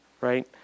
Right